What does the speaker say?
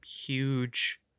huge